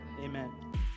amen